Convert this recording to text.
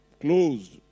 closed